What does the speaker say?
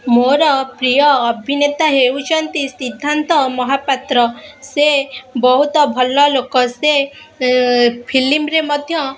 ମୋର ପ୍ରିୟ ଅଭିନେତା ହେଉଛନ୍ତି ସିଦ୍ଧାନ୍ତ ମହାପାତ୍ର ସେ ବହୁତ ଭଲ ଲୋକ ସେ ଫିଲ୍ମରେ ମଧ୍ୟ